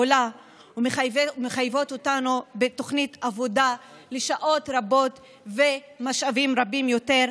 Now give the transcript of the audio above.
בעליה ומחייבות אותנו בתוכנית עבודה לשעות רבות ומשאבים רבים יותר,